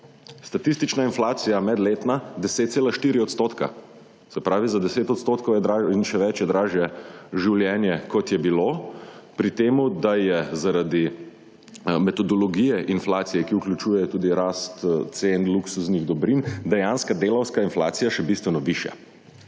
Statistična inflacija, medletna, 10,4 %, se pravi, za 10 odstotkov in še več je dražje življenje kot je bilo, pri temu, da je zaradi metodologije inflacije, ki vključuje tudi rast cen luksuznih dobrin, dejanska delavska inflacija še bistveno višja.